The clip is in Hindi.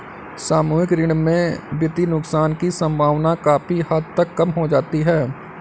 सामूहिक ऋण में वित्तीय नुकसान की सम्भावना काफी हद तक कम हो जाती है